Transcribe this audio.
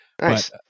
Nice